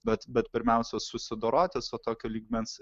bet bet pirmiausia susidoroti su tokio lygmens